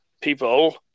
people